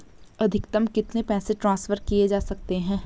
अधिकतम कितने पैसे ट्रांसफर किये जा सकते हैं?